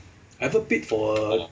I ever paid for a